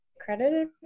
credited